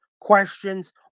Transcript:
questions